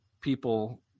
people